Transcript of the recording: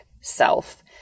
self